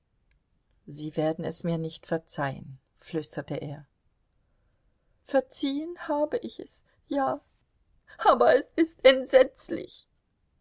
sie werden es mir nicht verzeihen flüsterte er verziehen habe ich es ja aber es ist entsetzlich